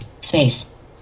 space